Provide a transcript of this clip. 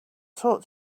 talk